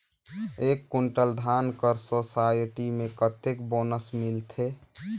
एक कुंटल धान कर सोसायटी मे कतेक बोनस मिलथे?